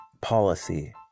policy